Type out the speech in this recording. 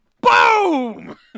Boom